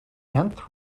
nth